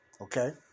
Okay